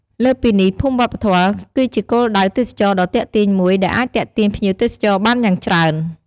លើសពីនេះភូមិវប្បធម៌ គឺជាគោលដៅទេសចរណ៍ដ៏ទាក់ទាញមួយ ដែលអាចទាក់ទាញភ្ញៀវទេសចរបានយ៉ាងច្រើន។